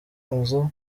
nzu